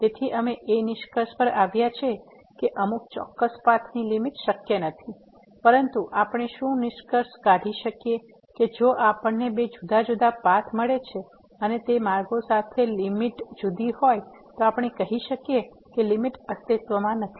તેથી અમે એ નિષ્કર્ષ પર આવ્યા કે અમુક ચોક્કસ પાથ ની લીમીટ શક્ય નથી પરંતુ આપણે શું નિષ્કર્ષ કાઢી શકીએ કે જો આપણને બે જુદા જુદા પાથ મળે છે અને તે માર્ગો સાથે લીમીટ જુદી હોય તો આપણે કહી શકીએ કે લીમીટ અસ્તિત્વમાં નથી